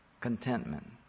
Contentment